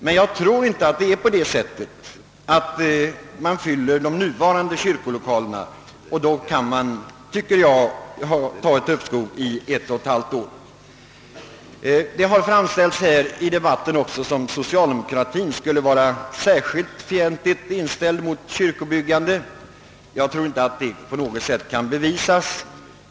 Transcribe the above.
Men jag tror inte att det är på det sättet att man fyller de nuvarande kyrkolokalerna, och då kan man nog uppskjuta kyrkobyggandet i ett och ett halvt år. Det har framställts här i debatten som om socialdemokratien vore särskilt fientligt inställd mot kyrkobyggande. Jag tror inte det kan på något sätt bevisas.